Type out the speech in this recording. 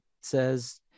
says